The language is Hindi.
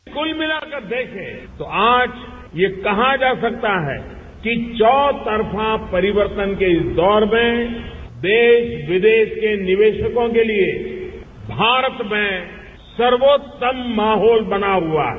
कुल मिलाकर देखें तो आज ये कहा जा सकता है कि चौतरफा परिवर्तन के इस दौर में देश विदेश के निवेशकों के लिए भारत में सर्वोत्तम माहौल बना हुआ है